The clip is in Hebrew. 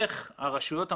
איך הרשויות המקומיות,